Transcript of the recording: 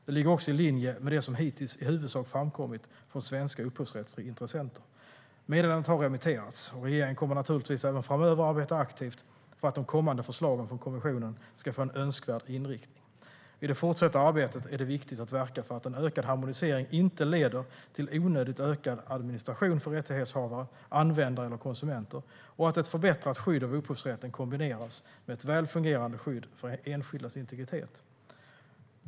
Det ligger också i linje med det som hittills i huvudsak framkommit från svenska upphovsrättsintressenter. Meddelandet har remitterats. Regeringen kommer naturligtvis även framöver att arbeta aktivt för att de kommande förslagen från kommissionen ska få en önskvärd inriktning. I det fortsatta arbetet är det viktigt att verka för att en ökad harmonisering inte leder till onödigt ökad administration för rättighetshavare, användare eller konsumenter och att ett förbättrat skydd av upphovsrätten kombineras med ett väl fungerande skydd för enskildas integritet.